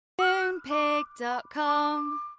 Moonpig.com